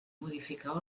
modificar